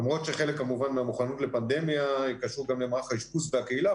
למרות שחלק מהמוכנות לפנדמיה קשור גם למערך האשפוז והקהילה,